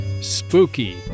Spooky